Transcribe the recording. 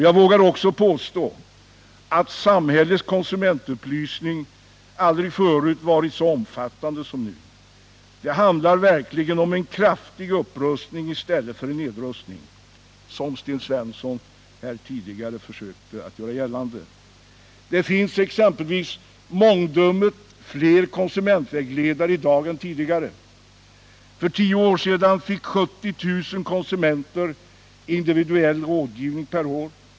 Jag vågar också påstå att samhällets konsumentupplysning aldrig förut varit så omfattande som nu. Det handlar verkligen om en kraftig upprustning i stället för en nedrustning, som Sten Svensson tidigare här har försökt göra gällande. Det finns exempelvis mångdubbelt fler konsumentvägledare i dag än tidigare. För tio år sedan fick 70 000 konsumenter individuell rådgivning per år.